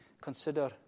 consider